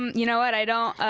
you know what, i don't.